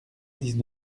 dix